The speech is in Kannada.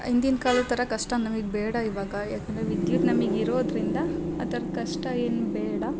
ಹಿಂದಿನ ಕಾಲದ ಥರ ಕಷ್ಟ ನಮಿಗೆ ಬೇಡ ಇವಾಗ ಯಾಕಂದರೆ ವಿದ್ಯುತ್ ನಮಿಗೆ ಇರೋದರಿಂದ ಅದರ ಕಷ್ಟ ಏನೂ ಬೇಡ